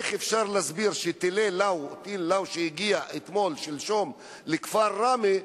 איך אפשר להסביר שטיל "לאו" שהגיע שלשום לכפר ראמה,